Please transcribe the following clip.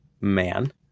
man